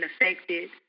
affected